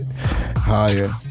higher